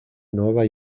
nueva